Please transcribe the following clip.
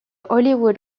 hollywood